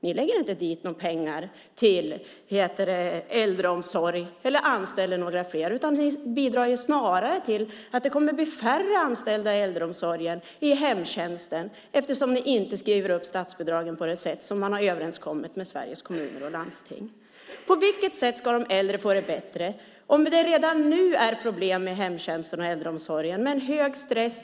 Ni lägger inte dit några pengar till äldreomsorg eller till att anställa fler, utan ni bidrar snarare till att det kommer att bli färre anställda i äldreomsorgen, i hemtjänsten, eftersom ni inte skriver upp statsbidragen på det sätt som ni överenskommit med Sveriges Kommuner och Landsting. På vilket sätt ska de äldre få det bättre om det redan nu är problem i hemtjänsten och äldreomsorgen med hög stress?